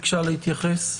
ביקשה להתייחס.